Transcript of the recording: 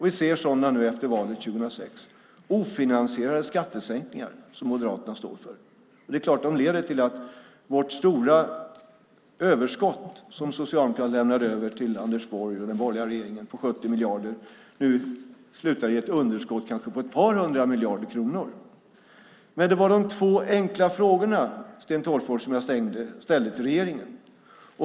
Vi ser sådana nu efter valet 2006 - ofinansierade skattesänkningar som Moderaterna står för. Detta leder till att det stora överskott på 70 miljarder som Socialdemokraterna lämnade över till Anders Borg nu slutar i ett underskott på ett par hundra miljarder kronor. Det var dessa två enkla frågor jag ställde till regeringen, Sten Tolgfors.